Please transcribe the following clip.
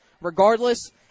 Regardless